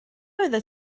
oeddet